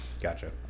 Gotcha